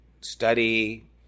study